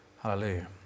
Hallelujah